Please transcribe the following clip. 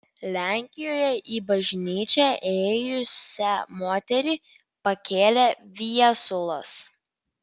lenkijoje į bažnyčią ėjusią moterį pakėlė viesulas